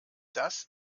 das